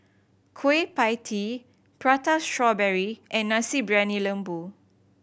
Kueh Pie Tee Prata Strawberry and Nasi Briyani Lembu